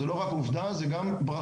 זאת לא רק עובדה זו גם ברכה,